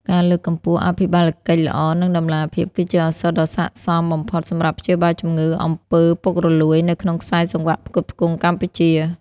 ការលើកកម្ពស់អភិបាលកិច្ចល្អ និងតម្លាភាព គឺជាឱសថដ៏ស័ក្តិសមបំផុតសម្រាប់ព្យាបាលជំងឺ អំពើពុករលួយ នៅក្នុងខ្សែសង្វាក់ផ្គត់ផ្គង់កម្ពុជា។